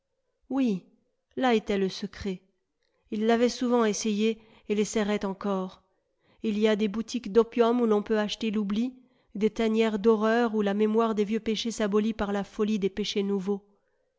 oui là était le secret il l'avait souvent essayé et l'essaierait encore il y a des boutiques d'opium où l'on peut acheter l'oubli des tanières d'horreur où la mémoire des vieux péchés s'abolit par la folie des péchés nouveaux